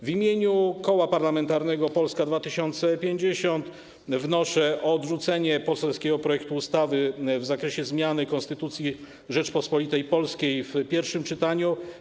W imieniu Koła Parlamentarnego Polska 2050 wnoszę o odrzucenie poselskiego projektu ustawy w zakresie zmiany Konstytucji Rzeczypospolitej Polskiej w pierwszym czytaniu.